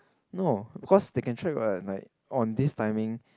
no because they can track what on this timing